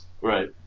Right